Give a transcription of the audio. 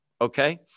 okay